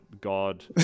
God